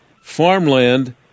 farmland